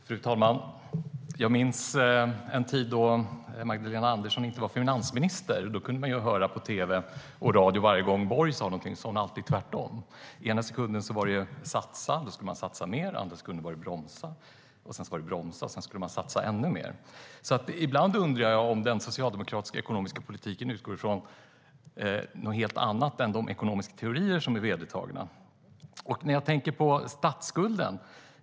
Fru talman! Jag minns en tid när Magdalena Andersson inte var finansminister. Då kunde man höra i radio och tv att varje gång som Borg sade någonting sa hon tvärtom. I den ena sekunden var det satsa - då skulle man satsa mer. I nästa sekund var det bromsa - då skulle man satsa ännu mer. Därför undrar jag ibland om den socialdemokratiska ekonomiska politiken utgår ifrån något annat än de vedertagna ekonomiska teorierna.